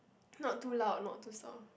not too loud not too soft